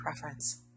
preference